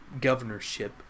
governorship